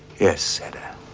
yes, hedda.